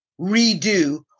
redo